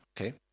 Okay